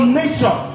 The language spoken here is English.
nature